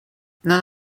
none